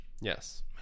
Yes